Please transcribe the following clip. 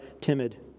timid